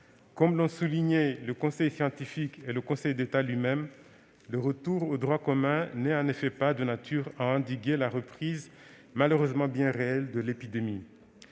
Comme l'ont souligné le conseil scientifique et le Conseil d'État lui-même, le retour au droit commun n'est en effet pas de nature à endiguer la reprise, malheureusement bien réelle, de l'épidémie.